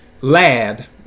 lad